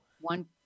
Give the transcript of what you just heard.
one